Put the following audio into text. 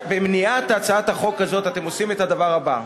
ובמניעת הצעת החוק הזאת אתם עושים את הדבר הבא: